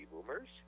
boomers